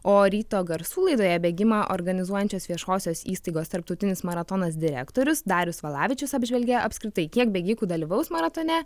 o ryto garsų laidoje bėgimą organizuojančios viešosios įstaigos tarptautinis maratonas direktorius darius valavičius apžvelgė apskritai kiek bėgikų dalyvaus maratone